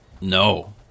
No